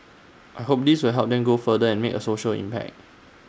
I hope this will help them grow further and make A social impact